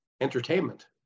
entertainment